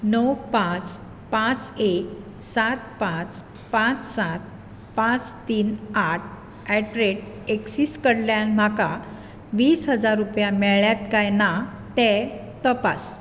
णव पांच पांच एक सात पांच पांच सात पांच तीन आठ ऍट रेट एक्सीस कडल्यान म्हाका वीस हजार रुपया मेळ्ळ्यात काय ना तें तपास